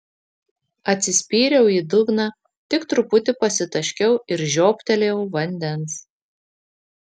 atsispyriau į dugną tik truputį pasitaškiau ir žiobtelėjau vandens